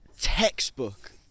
textbook